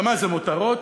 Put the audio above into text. זה מותרות?